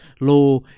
law